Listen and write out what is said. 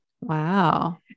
Wow